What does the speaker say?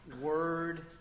word